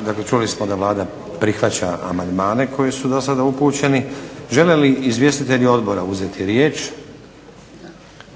Dakle, čuli smo da Vlada prihvaća amandmane koji su do sada upućeni. Žele li izvjestitelji odbora uzeti riječ? Da,